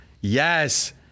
Yes